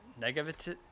negative